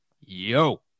yo